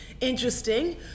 interesting